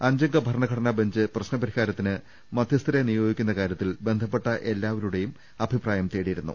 അഞ്ചംഗ ഭരണഘടനാ ബെഞ്ച് പ്രശ്ന പരിഹാരത്തിന് മധ്യസ്ഥരെ നിയോഗിക്കുന്ന കാര്യത്തിൽ ബന്ധപ്പെട്ട എല്ലാവരുടെയും അഭിപ്രായം തേടിയിരുന്നു